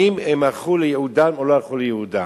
האם הם הלכו לייעודם או לא הלכו לייעודם.